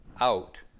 out